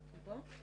בבקשה.